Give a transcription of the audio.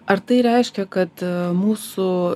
ar tai reiškia kad mūsų